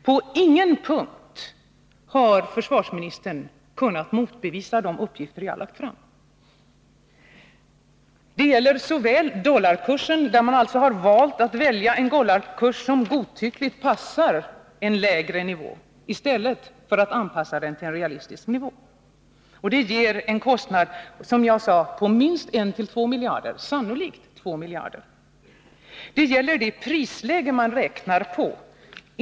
På ingen punkt har försvarsministern kunnat motbevisa de uppgifter jag har lagt fram. Det gäller dollarkursen. Man har alltså valt en dollarkurs som godtyckligt passar en lägre nivå, i stället för att anvisa den till en realistisk nivå. Det ger en kostnad, som jag sade, på minst 1-2 miljarder, sannolikt 2 miljarder. Det gäller det prisläge man räknat med.